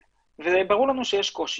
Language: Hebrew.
וברור לנו שיש קושי.